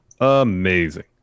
amazing